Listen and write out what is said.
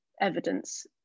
evidence